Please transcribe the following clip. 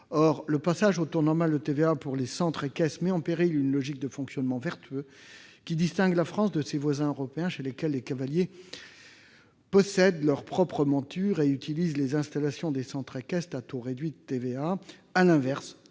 Le passage au taux normal de TVA pour les centres équestres met en péril une logique de fonctionnement vertueux, qui distingue la France de ses voisins européens. Dans ces pays, les cavaliers possèdent leur propre monture et utilisent les installations des centres équestres à taux réduit de TVA. À l'inverse,